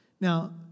Now